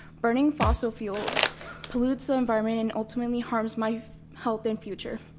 burning fossil fuels pollutes the environment and ultimately harms my health and future.